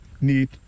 need